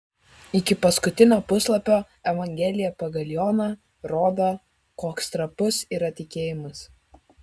iki paskutinio puslapio evangelija pagal joną rodo koks trapus yra tikėjimas